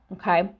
okay